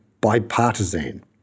bipartisan